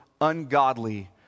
ungodly